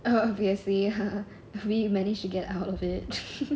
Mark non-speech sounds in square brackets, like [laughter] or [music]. uh obviously [laughs] we manage to get out of it